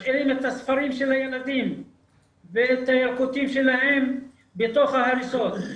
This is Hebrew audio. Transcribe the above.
משאירים את הספרים של הילדים ואת הילקוטים שלהם בתוך ההריסות.